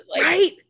right